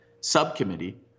subcommittee